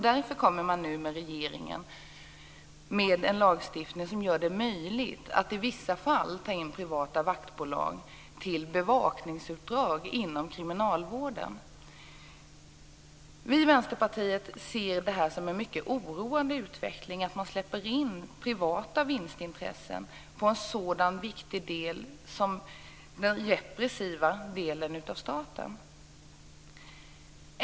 Därför kommer nu regeringen med en lagstiftning som gör det möjligt att i vissa fall ta in privata vaktbolag till bevakningsuppdrag inom kriminalvården. Vi i Vänsterpartiet ser det som en mycket oroande utveckling att man släpper in privata vinstintressen på ett så viktigt område som den repressiva delen av staten.